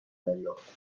دریافت